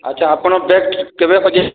ଆଛା ଆପଣଙ୍କ ବ୍ୟାଗ କେବେ